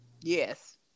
Yes